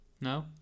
No